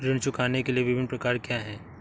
ऋण चुकाने के विभिन्न प्रकार क्या हैं?